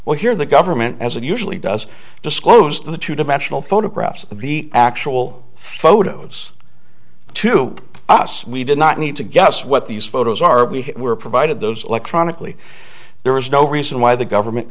well here the government as it usually does disclose the two dimensional photographs of the actual photos to us we did not need to guess what these photos are we were provided those electronically there is no reason why the government